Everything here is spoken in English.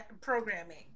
programming